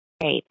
Great